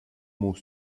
mot